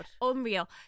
Unreal